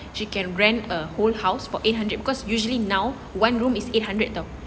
she can rent a whole house for eight hundred because usually now one room is eight hundred [tau]